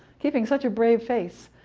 keeping such a brave face.